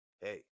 Hey